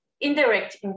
Indirect